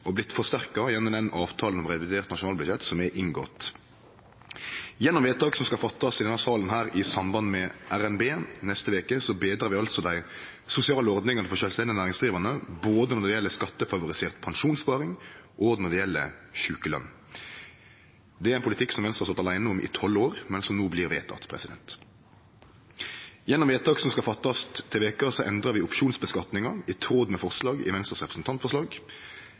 og vorte forsterka gjennom den avtala om revidert nasjonalbudsjett som er inngått. Gjennom vedtak som skal fattast i denne salen i samband med revidert nasjonalbudsjett i neste veke, betrar vi altså dei sosiale ordningane for sjølvstendig næringsdrivande både når det gjeld skattefavorisert pensjonssparing, og når det gjeld sjukeløn. Det er ein politikk som Venstre har stått åleine om i tolv år, men som no blir vedteke. Gjennom vedtak som skal fattast til veka, endrar vi opsjonsskattlegginga i tråd med forslag i Venstres representantforslag.